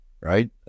right